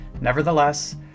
Nevertheless